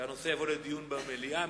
שהנושא יועבר לדיון במליאה.